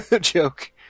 joke